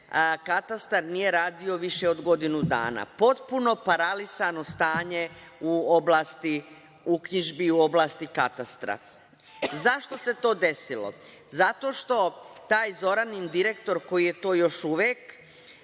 Katastar nije radio više od godinu dana, potpuno paralisano stanje u oblasti uknjižbi, u oblasti katastra. Zašto se to desilo? Zato što taj Zoranin direktor koji je to još uvek,